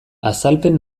azalpen